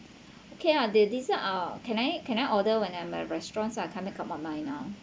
okay ah the dessert uh can I can I order when I'm at the restaurant can't make up my mind now